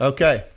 Okay